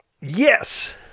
Yes